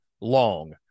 long